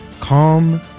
Calm